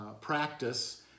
practice